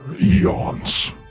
eons